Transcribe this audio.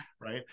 right